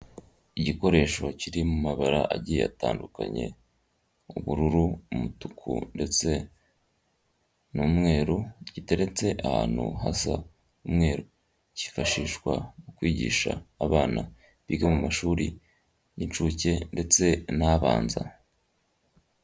Igikoresho kiri mu mabara agiye atandukanye, ubururu, umutuku ndetse n'umweru giteretse ahantu hasa umweru kifashishwa mu kwigisha abana biga mu mashuri y'inshuke ndetse n'abanza.